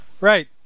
Right